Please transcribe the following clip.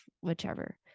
whichever